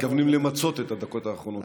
אנחנו מתכוונים למצות את הדקות האחרונות שאפשר.